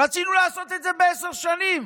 רצינו לעשות את זה בעשר שנים.